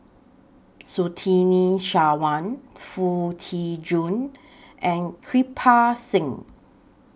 Surtini Sarwan Foo Tee Jun and Kirpal Singh